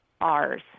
R's